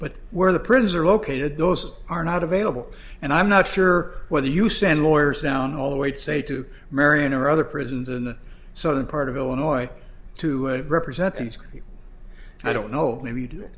but where the prisons are located those are not available and i'm not sure whether you send lawyers down all the way to say to marion or other prisons in the southern part of illinois to represent things i don't know maybe do